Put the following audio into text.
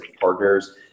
Partners